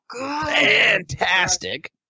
fantastic